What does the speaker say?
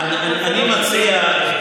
אני מציע,